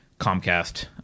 Comcast